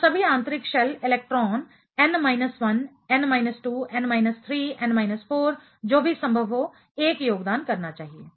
तो सभी आंतरिक shell electron n minus 1 n minus 2 n minus 3 n minus 4 जो भी संभव हो 10 योगदान करना चाहिए